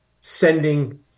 sending